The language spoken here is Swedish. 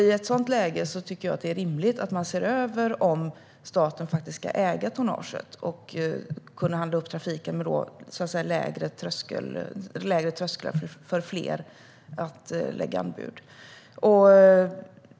I ett sådant läge tycker jag att det är rimligt att man ser över om staten ska äga tonnaget och kunna handla upp trafiken med lägre trösklar för fler att lägga anbud.